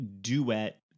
duet